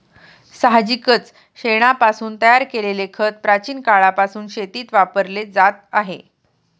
साहजिकच शेणापासून तयार केलेले खत प्राचीन काळापासून शेतीत वापरले जात आहे